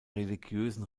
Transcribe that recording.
religiösen